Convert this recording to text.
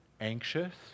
anxious